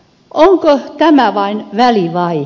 onko tämä vain välivaihe